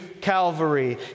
Calvary